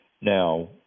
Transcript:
Now